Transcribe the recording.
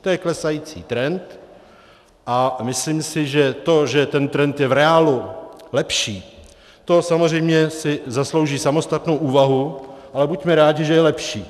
To je klesající trend a myslím si, že to, že ten trend je v reálu lepší, to samozřejmě si zaslouží samostatnou úvahu, ale buďme rádi, že je lepší.